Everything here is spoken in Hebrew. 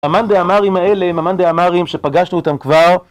המנדה אמרים האלה הם המנדה אמרים שפגשנו אותם כבר